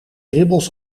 ribbels